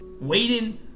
waiting